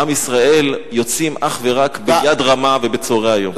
עם ישראל יוצאים אך ורק ביד רמה ובצהרי היום.